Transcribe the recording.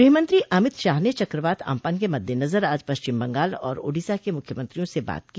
गृहमंत्री अमित शाह ने चक्रवात अम्पन के मद्देनजर आज पश्चिम बंगाल और ओडिसा के मुख्यमंत्रियों से बात की